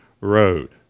road